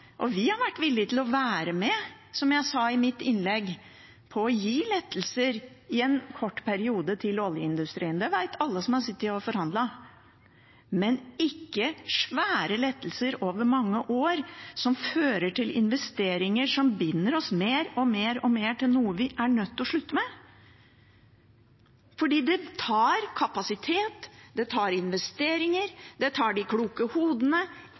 Vi har, som jeg sa i mitt innlegg, vært villige til å være med på å gi lettelser til oljeindustrien i en kort periode – det vet alle som har sittet og forhandlet – men ikke svære lettelser over mange år, som fører til investeringer som binder oss mer og mer til noe vi er nødt til å slutte med. For det tar kapasitet, det tar investeringer, det tar de kloke hodene